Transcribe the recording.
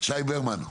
שי ברמן.